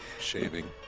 Shaving